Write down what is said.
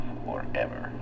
forever